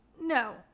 No